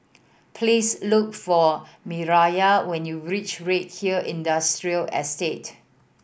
please look for Mireya when you reach Redhill Industrial Estate